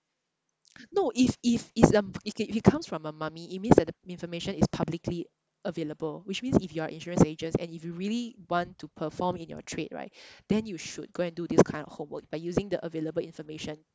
no if if is mm if it if it comes from a mummy it means that the information is publicly available which means if you are insurance agents and if you really want to perform in your trade right then you should go and do this kind of homework by using the available information